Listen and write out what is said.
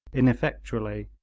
ineffectually,